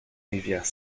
rivière